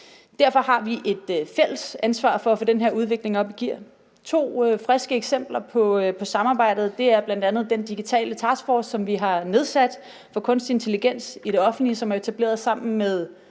Derfor har vi et fælles ansvar for at få den her udvikling op i gear. Et eksempel på samarbejdet er bl. a. den digitale task force, som vi har nedsat på området for kunstig intelligens i det offentlige, og som er etableret af